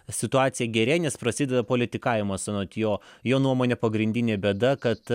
situacija gerėja nes prasideda politikavimas anot jo jo nuomone pagrindinė bėda kad